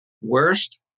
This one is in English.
worst